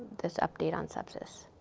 this update on sepsis.